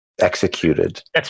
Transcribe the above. executed